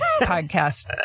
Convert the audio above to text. podcast